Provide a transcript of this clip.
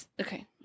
okay